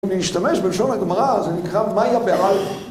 אם נשתמש בלשון ההגמרא זה נקרא מאיה בעלמא